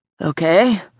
Okay